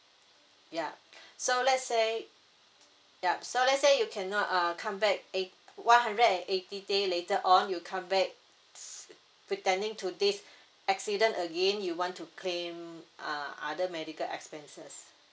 ya so let say yup so let say you cannot uh comeback eight one hundred and eighty days later on you come back s~ pretending to this accident again you want to claim uh other medical expenses